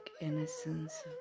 innocence